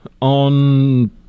on